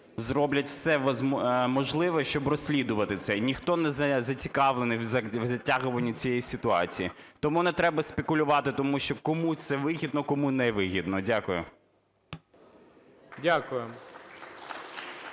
зроблять все можливе, щоб розслідувати це. І ніхто не зацікавлений в затягуванні цієї ситуації. Тому не треба спекулювати тим, що кому це вигідно, кому не вигідно. Дякую.